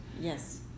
Yes